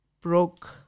broke